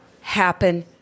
happen